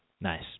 Nice